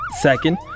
Second